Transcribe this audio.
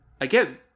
again